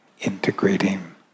integrating